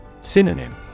Synonym